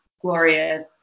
glorious